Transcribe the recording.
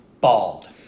bald